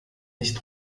nicht